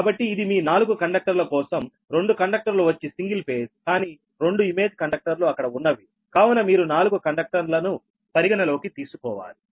కాబట్టి ఇది మీ నాలుగు కండక్టర్ల కోసం రెండు కండక్టర్లు వచ్చి సింగిల్ ఫేజ్ కానీ 2 ఇమేజ్ కండక్టర్లు అక్కడ ఉన్నవి కావున మీరు నాలుగు కండక్టర్లను పరిగణలోకి తీసుకోవాలి